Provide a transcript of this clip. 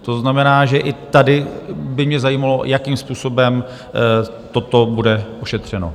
To znamená, že i tady by mě zajímalo, jakým způsobem toto bude ošetřeno.